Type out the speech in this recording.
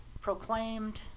proclaimed